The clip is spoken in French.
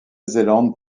zélande